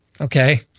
Okay